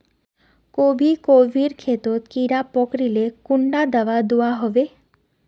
गोभी गोभिर खेतोत कीड़ा पकरिले कुंडा दाबा दुआहोबे?